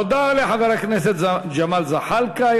תודה לחבר הכנסת ג'מאל זחאלקה.